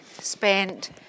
spent